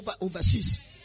overseas